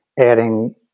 adding